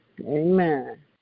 Amen